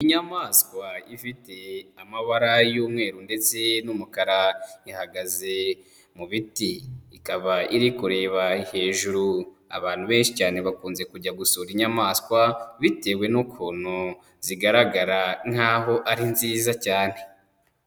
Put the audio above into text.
Inyamaswa ifite amabara y'umweru ndetse n'umukara ihagaze mu biti, ikaba iri kureba hejuru abantu benshi cyane bakunze kujya gusura inyamaswa bitewe n'ukuntu zigaragara nkaho ari nziza cyane.